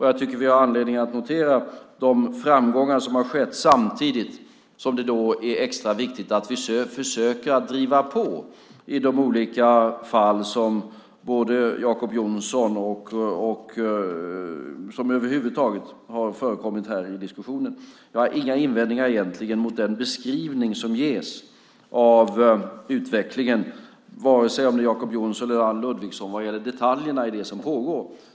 Jag tycker att vi har anledning att notera de framgångar som har skett, samtidigt som det då är extra viktigt att vi försöker driva på i de olika fall som Jacob Johnson har tagit upp och som över huvud taget har förekommit i diskussionen här. Jag har egentligen inga invändningar mot den beskrivning som ges av utvecklingen vare sig av Jacob Johnson eller av Anne Ludvigsson vad gäller detaljerna i det som pågår.